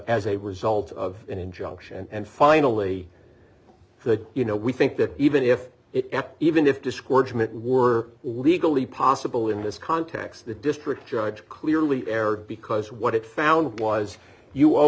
as a result of an injunction and finally the you know we think that even if it even if discouragement were legally possible in this context the district judge clearly erred because what it found was you owe